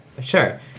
Sure